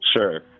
Sure